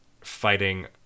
fighting